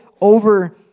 over